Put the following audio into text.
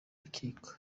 rukiko